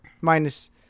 Minus